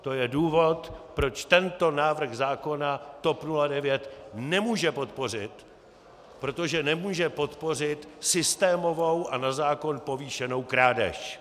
To je důvod, proč tento návrh zákona TOP 09 nemůže podpořit, protože nemůže podpořit systémovou a na zákon povýšenou krádež!